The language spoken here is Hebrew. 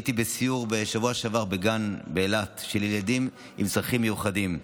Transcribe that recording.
בשבוע שעבר הייתי בסיור בגן של ילדים עם צרכים מיוחדים באילת.